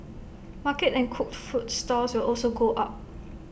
market and cooked food stalls will also go up